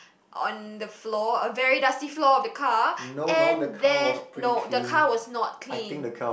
on the floor a very dusty floor of the car and then no the car was not clean